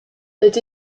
het